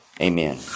Amen